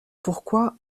pourquoi